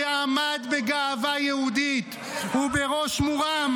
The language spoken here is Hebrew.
שעמד בגאווה יהודית ובראש מורם,